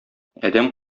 адәм